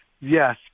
Yes